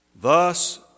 thus